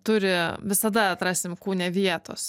turi visada atrasim kūne vietos